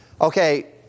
okay